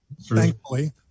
thankfully